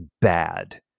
bad